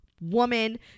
woman